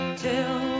till